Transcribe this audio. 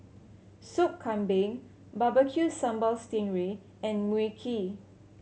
Soup Kambing bbq sambal sting ray and Mui Kee